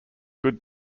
good